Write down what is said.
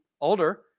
older